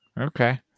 Okay